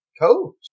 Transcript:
coach